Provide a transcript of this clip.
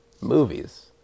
movies